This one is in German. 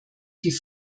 die